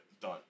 done